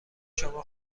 شما